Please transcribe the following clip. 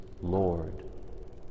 Lord